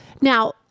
Now